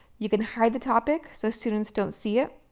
you can hide the topic so students don't see it.